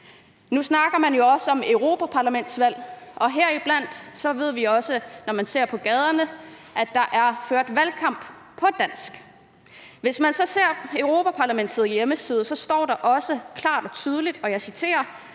Nu snakker man jo også om europaparlamentsvalget, og vi kan jo se i gaderne, at der bliver ført valgkamp på dansk. Hvis man så går ind på Europa-Parlamentets hjemmeside, står det klart og tydeligt, og jeg citerer: